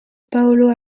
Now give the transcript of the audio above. paulo